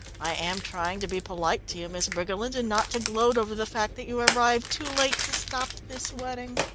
i am trying to be polite to you, miss briggerland, and not to gloat over the fact that you arrived too late to stop this wedding!